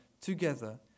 together